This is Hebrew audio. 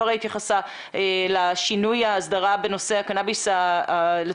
יש התחייבות של המשרד שלנו שהנושא יושב בסדר עדיפות מאוד גבוה מבחינת